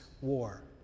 war